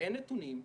- אין נתונים.